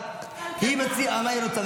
היא מציעה את מה שהיא רוצה,